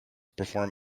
perform